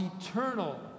eternal